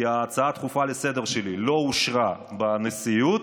כי ההצעה הדחופה שלי לסדר-היום לא אושרה בנשיאות.